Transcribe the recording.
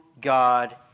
God